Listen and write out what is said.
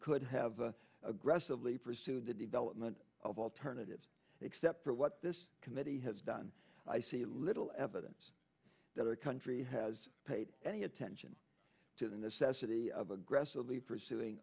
could have a aggressively pursued the development of alternative except for what this committee has done i see little evidence that our country has paid any attention to the necessity of aggressively pursuing